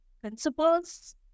principles